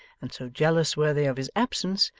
and so jealous were they of his absence,